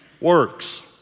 works